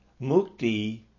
Mukti